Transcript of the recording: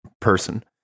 person